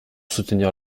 soutenir